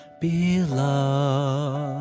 beloved